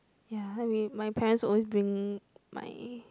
ya r~ my parents will always bring my